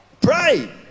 pray